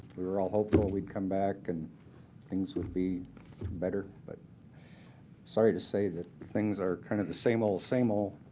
we were all hopeful we'd come back and things would be better. but sorry to say that things are kind of the same old, same old.